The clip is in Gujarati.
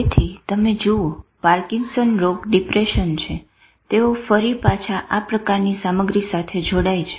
તેથી તમે જુઓ પાર્કીન્સન રોગ ડીપ્રેસન છે તેઓ ફરી પાછા આ પ્રકારની સામગ્રી સાથે જોડાય છે